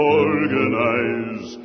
organize